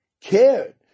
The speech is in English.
cared